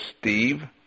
steve